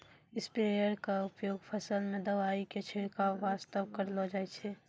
sprayer के उपयोग फसल मॅ दवाई के छिड़काब वास्तॅ करलो जाय छै